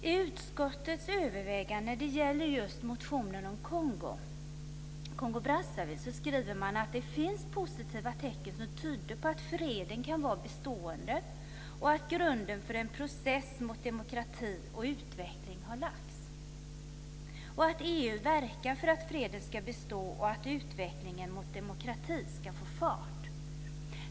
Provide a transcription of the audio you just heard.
I utskottets övervägande när det gäller motionen om Kongo-Brazzaville skriver man att det finns positiva tecken som tyder på att freden kan vara bestående och att grunden för en process mot demokrati och utveckling har lagts. Man skriver att EU verkar för att freden ska bestå och att utvecklingen mot demokrati ska få fart.